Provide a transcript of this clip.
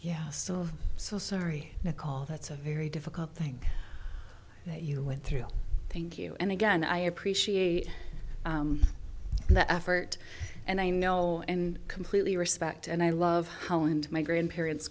yeah so sorry a call that's a very difficult thing you went through thank you and again i appreciate the effort and i know and completely respect and i love holland my grandparents